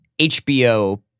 HBO